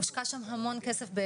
הושקע שם המון כסף,